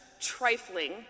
trifling